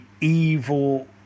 evil